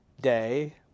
day